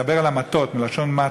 מדבר על המטות, מלשון מָטָה,